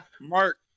Mark